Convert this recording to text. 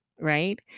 right